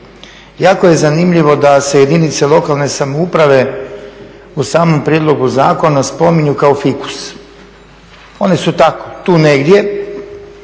Jako je zanimljivo da se jedinice lokalne samouprave u samom prijedlogu zakona spominju kao fikus. One su tako, tu negdje,